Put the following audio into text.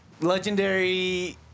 Legendary